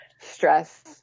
stress